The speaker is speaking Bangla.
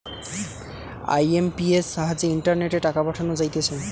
আই.এম.পি.এস সাহায্যে ইন্টারনেটে টাকা পাঠানো যাইতেছে